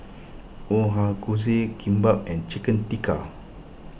Ochazuke Kimbap and Chicken Tikka